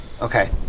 Okay